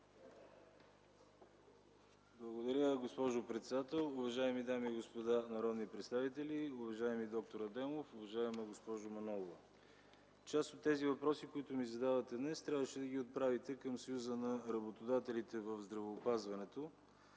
Благодаря, госпожо председател. Уважаеми дами и господа народни представители, уважаеми д-р Адемов, уважаема госпожо Манолова! Част от тези въпроси, които ми задавате днес, трябваше да ги отправите към Съюза на работодателите в здравеопазването,